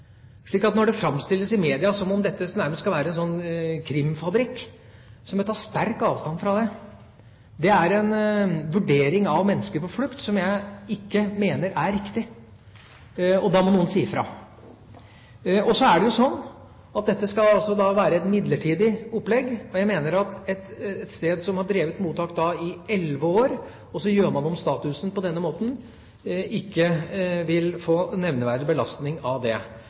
når det framstilles i media som om dette nærmest skal være en krimfabrikk, må jeg ta sterkt avstand fra det. Det er en vurdering av mennesker på flukt som jeg ikke mener er riktig. Og da må noen si fra. Så skal jo også dette være et midlertidig opplegg. Jeg mener at et sted som har drevet mottak i elleve år, og som gjør om statusen på denne måten, ikke vil få nevneverdig belastning av det.